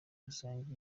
rusange